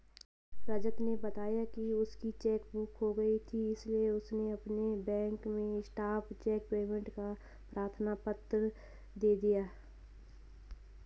रजत ने बताया की उसकी चेक बुक खो गयी थी इसीलिए उसने अपने बैंक में स्टॉप चेक पेमेंट का प्रार्थना पत्र दे दिया